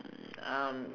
um